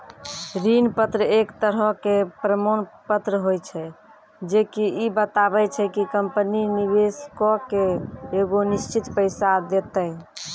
ऋण पत्र एक तरहो के प्रमाण पत्र होय छै जे की इ बताबै छै कि कंपनी निवेशको के एगो निश्चित पैसा देतै